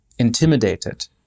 intimidated